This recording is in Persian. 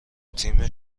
تیم